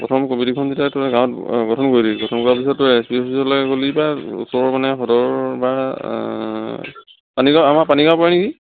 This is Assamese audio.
প্ৰথম কমিটিখন যেতিয়া তোৰ গাঁৱত গঠন কৰি দিবি গঠন কৰাৰ পিছত তই এছ পি অফিচলে গ'লি তাত ওচৰ মানে সদৰ বা পানীগাঁও আমাৰ পানীগাঁও পৰে নেকি